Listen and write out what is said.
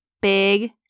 big